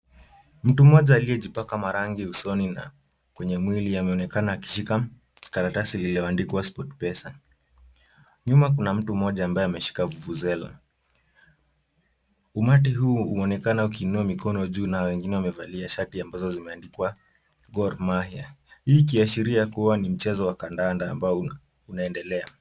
Mtu mmoja aliyejipaka marangi usoni na kwenye mwili, anaonekana akishika karatasi iliyoandikwa Sport Pesa. Nyuma kuna mtu mmoja amabaye ameshika vuvuzela. Umati huu unaonekana ukiinua mikono juu na wengine wamevalia shati ambazo zimeandikwa Gor Mahia. Hii ikiashiria kuwa ni mchezo wa kandakanda ambao unaendelea.